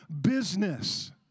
business